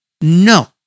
No